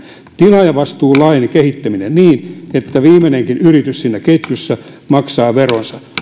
tilaajavastuulain kehittäminen niin että viimeinenkin yritys ketjussa maksaa veronsa